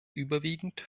überwiegend